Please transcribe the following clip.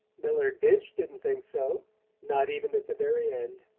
millard binch didn't think so not even at the very end.